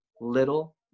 Little